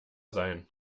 sein